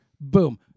Boom